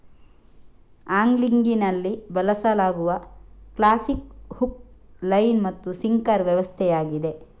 ಆಂಗ್ಲಿಂಗಿನಲ್ಲಿ ಬಳಸಲಾಗುವ classic hook, line ಮತ್ತು sinker ವ್ಯವಸ್ಥೆಯಾಗಿದೆ